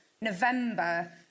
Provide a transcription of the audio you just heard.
November